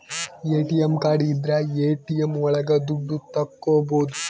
ATM card ಇದ್ರ ATM ಒಳಗ ದುಡ್ಡು ತಕ್ಕೋಬೋದು